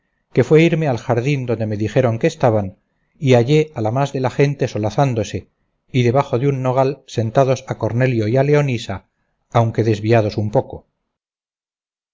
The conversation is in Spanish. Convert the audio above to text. que fue irme al jardín donde me dijeron que estaban y hallé a la más de la gente solazándose y debajo de un nogal sentados a cornelio y a leonisa aunque desviados un poco